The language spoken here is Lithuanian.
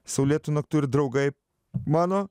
saulėtų naktų ir draugai mano